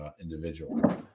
individual